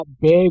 big